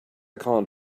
can’t